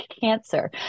cancer